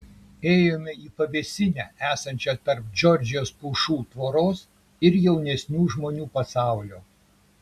ėjome į pavėsinę esančią tarp džordžijos pušų tvoros ir jaunesnių žmonių pasaulio